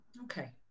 Okay